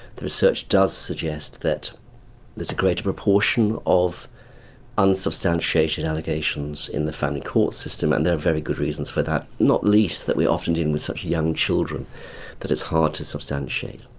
the research does suggest that there's a greater proportion of unsubstantiated allegations in the family court system and there are very good reasons for that, not least that we're often dealing with such young children that it's hard to substantiate.